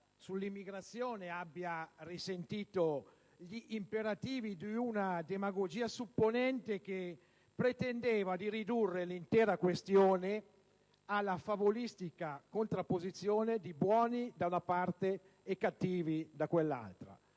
sull'immigrazione abbia risentito degli imperativi di una demagogia supponente, che pretendeva di ridurre l'intera questione alla favolistica contrapposizione di buoni da una parte e cattivi dall'altra,